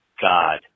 God